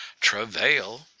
travail